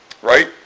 Right